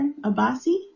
Abasi